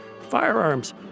Firearms